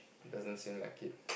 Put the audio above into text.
doesn't seem like it